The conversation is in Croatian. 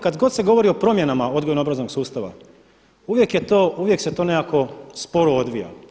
Kada god se govori o promjenama odgojno obrazovnog sustava, uvijek se to nekako sporo odvija.